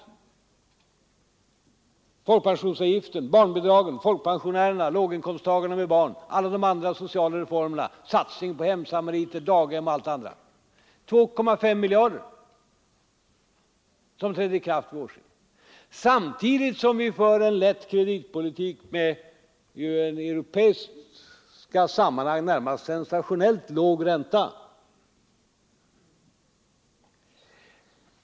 Borttagen folkpensionsavgift, höjda barnbidrag, förbättringar för folkpensionärer och låginkomsttagare med barn, satsning på hemsamariter och daghem och annat — alla de här sociala reformerna betyder en satsning på 2,5 miljarder som trädde i kraft vid årsskiftet. Samtidigt för vi en lätt kreditpolitik med en i europeiska sammanhang närmast sensationellt låg ränta.